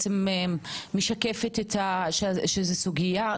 הרפואי בעקבות מבחן תלות שעושים בביטוח לאומי